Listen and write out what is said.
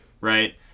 right